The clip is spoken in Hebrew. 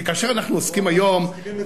כי כאשר אנחנו עוסקים היום, אנחנו מסכימים אתך.